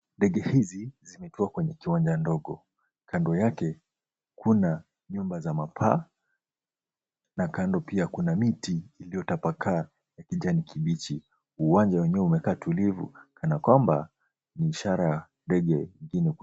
Ndege hizi zimetua kwenye kiwanja ndogo. Kando yake kuna nyumba za mapaa na kando pia kuna miti iliyotapakaa ya kijani kibichi. Uwanja wenyewe umekaa tulivu kanakwamba ni ishara ya ndege ingine kutua.